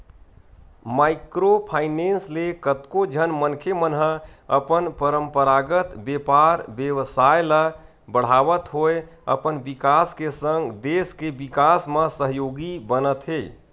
micro finance ले कतको झन मनखे मन ह अपन पंरपरागत बेपार बेवसाय ल बड़हात होय अपन बिकास के संग देस के बिकास म सहयोगी बनत हे